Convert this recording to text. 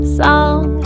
song